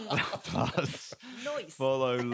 Follow